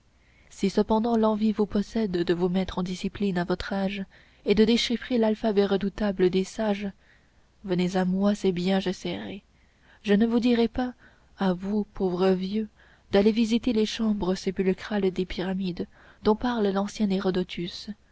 si cependant l'envie vous possède de vous mettre en discipline à votre âge et de déchiffrer l'alphabet redoutable des sages venez à moi c'est bien j'essaierai je ne vous dirai pas à vous pauvre vieux d'aller visiter les chambres sépulcrales des pyramides dont parle l'ancien hérodotus